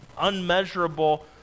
unmeasurable